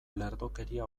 lerdokeria